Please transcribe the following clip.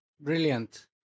Brilliant